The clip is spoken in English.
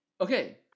Okay